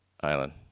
island